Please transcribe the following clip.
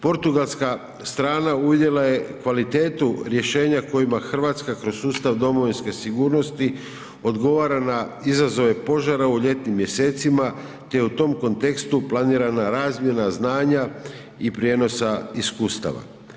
Portugalska strana uvidjela je kvalitetu rješenja kojima Hrvatska kroz sustav domovinske sigurnosti odgovara na izazove požara u ljetnim mjesecima te u tom kontekstu planirana razina znanja i prijenosa iskustava.